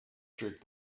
streak